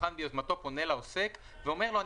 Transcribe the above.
הצרכן ביוזמתו פונה לעוסק ואומר לו,